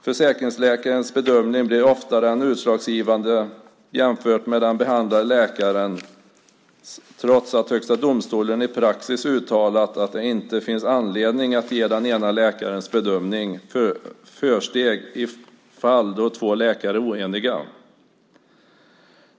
Försäkringsläkarens bedömning blir ofta den utslagsgivande jämfört med den behandlande läkarens, trots att Högsta domstolen i praxis uttalat att det inte finns anledning att ge den ena läkarens bedömning försteg i fall då två läkare är oeniga.